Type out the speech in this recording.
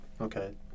Okay